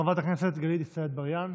חברת הכנסת גלית דיסטל אטבריאן,